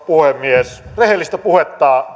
puhemies rehellistä puhetta